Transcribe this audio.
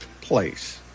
place